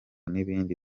n’ibindi